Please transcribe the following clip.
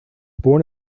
born